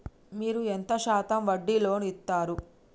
మీరు ఎంత శాతం వడ్డీ లోన్ ఇత్తరు?